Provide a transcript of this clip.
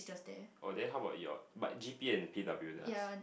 oh then how about your but G_P and P_W does